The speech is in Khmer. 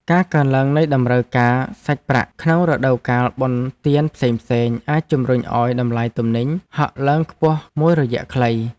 ការកើនឡើងនៃតម្រូវការសាច់ប្រាក់ក្នុងរដូវកាលបុណ្យទានផ្សេងៗអាចជម្រុញឱ្យតម្លៃទំនិញហក់ឡើងខ្ពស់មួយរយៈខ្លី។